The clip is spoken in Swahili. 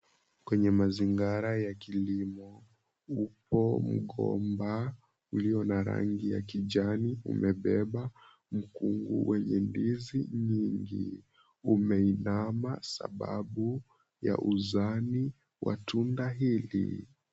Kwenye mazingara ya kilimo upo mgomba ulio na rangi ya kijani. Umebeba mkungu wenye ndizi nyingi. Umeinama sababu ya uzani wa tunda hili.